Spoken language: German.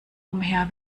umher